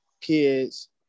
kids